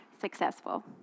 successful